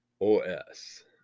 OS